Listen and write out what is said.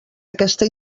aquesta